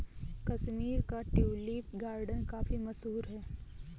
कश्मीर का tulip garden काफी मशहूर है